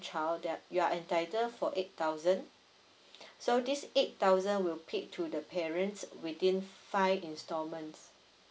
child they are you are entitled for eight thousand so this eight thousand will paid to the parents within five installments